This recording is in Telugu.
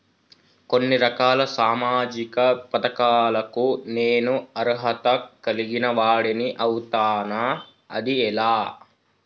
కొన్ని రకాల సామాజిక పథకాలకు నేను అర్హత కలిగిన వాడిని అవుతానా? అది ఎలా?